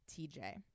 TJ